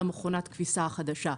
על מכונת הכביסה החדשה,